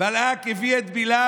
בלק הביא את בלעם.